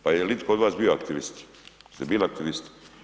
Pa jel itko od vas bio aktivist, jeste bili aktivist?